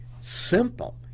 Simple